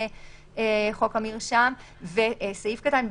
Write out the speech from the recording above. לתצהיר יש זכויות משפטיות ודיברנו על